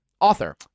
author